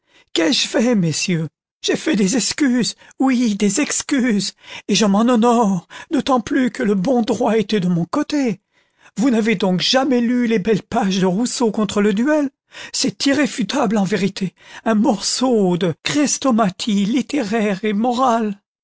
qu'ai-je fait messieurs j'ai fait des excuses oui des excuses et je m'en honore d'autant plus que le bon droit était de mon côté vous n'avez donc jamais lu les belles pages de rousseau contre le duel c'est irréfutable en vérité un morceau de chrestomathie littéraire et morale